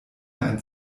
ein